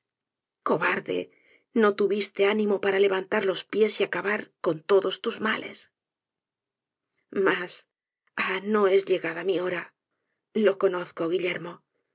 cobarde no tuviste ánimo para levantar los pies y acabar con todos tus males mas ah no es llegada mi hora lo conozco guillermo